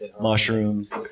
mushrooms